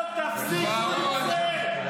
בוארון,